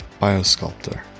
biosculptor